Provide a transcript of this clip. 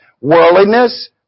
Worldliness